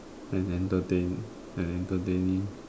and entertain and entertaining